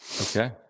Okay